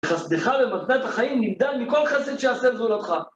חסדיך ומתנת החיים נמדד מכל חסד שיעשה את זולתך.